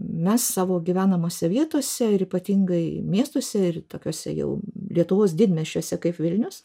mes savo gyvenamose vietose ir ypatingai miestuose ir tokiuose jau lietuvos didmiesčiuose kaip vilnius